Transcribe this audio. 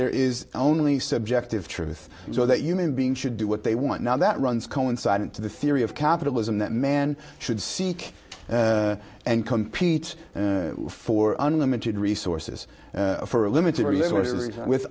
there is only subjective truth so that human beings should do what they want now that runs coincided to the theory of capitalism that man should seek and compete for unlimited resources for a limited